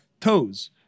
toes